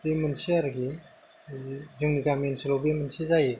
बे मोनसे आरोखि जोंनि गामि ओनसोलाव बे मोनसे जायो